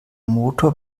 motor